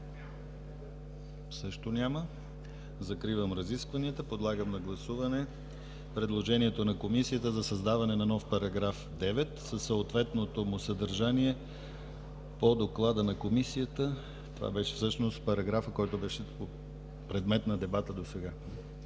Също няма. Закривам разискванията. Подлагам на гласуване предложението на Комисията за създаване на нов § 9, със съответното му съдържание по доклада на Комисията. Това беше всъщност параграфът, предмет на дебата досега